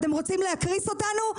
אתם רוצים להקריס אותנו?